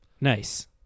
Nice